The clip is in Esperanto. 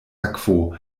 akvo